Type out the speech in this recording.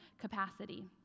capacity